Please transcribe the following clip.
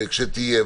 כשתהיה.